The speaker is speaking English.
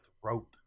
throat